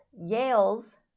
Yale's